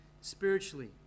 spiritually